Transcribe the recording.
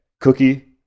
cookie